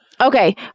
Okay